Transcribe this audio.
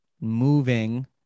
moving